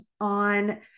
on